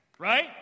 Right